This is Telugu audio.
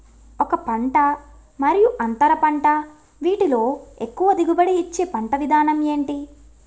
ఒక పంట మరియు అంతర పంట వీటిలో ఎక్కువ దిగుబడి ఇచ్చే పంట విధానం ఏంటి?